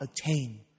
attain